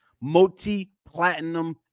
multi-platinum